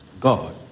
God